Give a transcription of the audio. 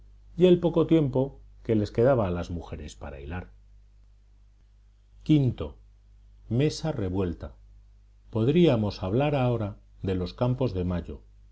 y el poco tiempo que les quedaba a las mujeres para hilar v mesa revuelta podríamos hablar ahora de los campos de mayo